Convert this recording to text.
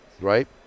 right